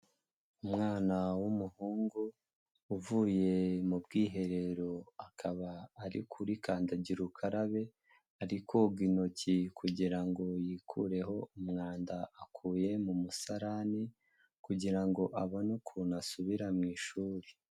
Umwana w'umuhungu uvuye mu bwiherero akaba ari kuri kandagira ukarabe, ari koga intoki kugira ngo yikureho umwanda akuye mu musarani kugirango abone ukuntu asubira mu ishuri.